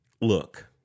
Look